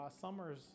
summers